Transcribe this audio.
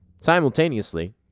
simultaneously